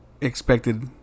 expected